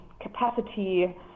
capacity